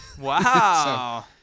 wow